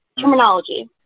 terminology